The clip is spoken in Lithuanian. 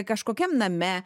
kažkokiam name